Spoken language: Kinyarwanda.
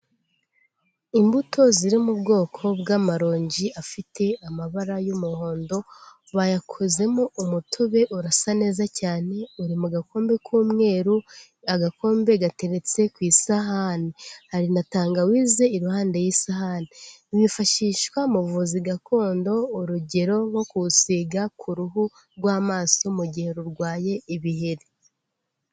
Imbuto ziri mu bwoko bw'amaronji afite amabara y'umuhondo, bayakozemo umutobe, urasa neza cyane, uri mu gakombe k'umweru, agakombe gateretse ku isahani, hari na tangawize iruhande y'isahani, wifashishwa mu buvuzi gakondo urugero nko kuwusiga ku ruhu rw'amaso, mu gihe rurwaye ibiheri.